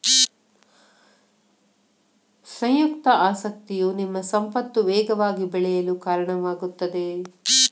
ಸಂಯುಕ್ತ ಆಸಕ್ತಿಯು ನಿಮ್ಮ ಸಂಪತ್ತು ವೇಗವಾಗಿ ಬೆಳೆಯಲು ಕಾರಣವಾಗುತ್ತದೆ